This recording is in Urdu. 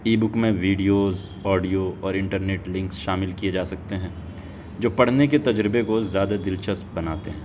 ای بک میں ویڈیوز آڈیو اور انٹرنیٹ لنکس شامل کیے جا سکتے ہیں جو پڑھنے کے تجربے کو زیادہ دلچسپ بناتے ہیں